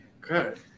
Good